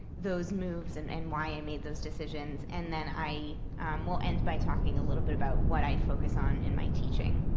those moves, and and why i made those decisions. and then i will end by talking a little bit about what i focus on in my teaching.